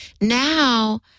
now